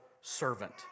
servant